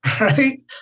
right